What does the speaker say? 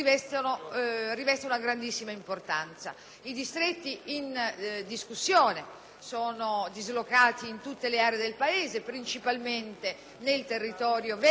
sono dislocati in tutte le aree del Paese, principalmente nel territorio veneto, a Verona ed a Vicenza, in Toscana, nel distretto di Massa Carrara,